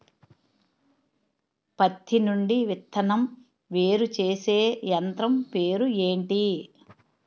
పత్తి నుండి విత్తనం వేరుచేసే యంత్రం పేరు ఏంటి